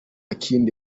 kindi